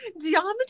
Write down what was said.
Geometry